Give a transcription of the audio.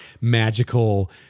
magical